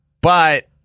but-